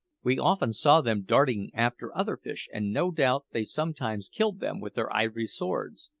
we often saw them darting after other fish, and no doubt they sometimes killed them with their ivory swords.